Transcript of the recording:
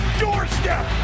doorstep